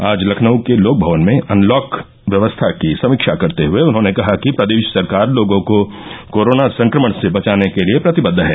आज लखनऊ के लोकभवन में अनलॉक व्यवस्था की समीक्षा करते हये उन्होंने कहा कि प्रदेश सरकार लोगों को कोरोना संक्रमण से बचाने के लिये प्रतिबद्व है